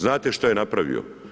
Znate što je napravio?